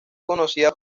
conocida